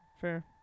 Fair